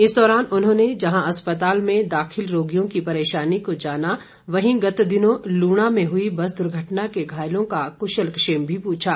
इस दौरान उन्होंने जहां अस्पताल में दाखिल रोगियों की परेशानियों को जाना वहीं गत दिनों लूणा में हुई बस दुर्घटना के घायलों का कुशलक्षेम भी प्रछा